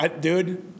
Dude